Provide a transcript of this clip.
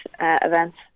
events